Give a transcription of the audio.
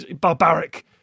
barbaric